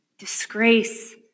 Disgrace